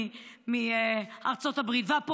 ואני אוכיח את זה,